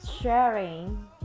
sharing